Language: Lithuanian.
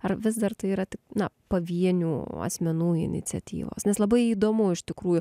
ar vis dar tai yra tik na pavienių asmenų iniciatyvos nes labai įdomu iš tikrųjų